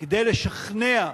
כדי לשכנע,